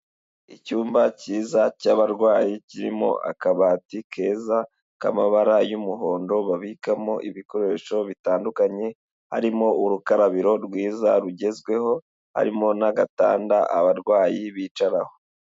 Icyumba cyiza cy'abarwayi, kirimo akabati keza k'amabara y'umuhondo, babikamo ibikoresho bitandukanye, harimo urukarabiro rwiza rugezweho, harimo n'agatanda abarwayi bicaraho.